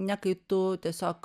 ne kai tu tiesiog